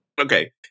Okay